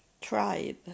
tribe